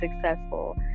successful